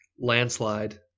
Landslide